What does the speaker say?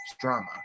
drama